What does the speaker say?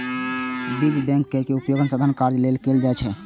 बीज बैंक केर उपयोग अनुसंधान कार्य लेल कैल जाइ छै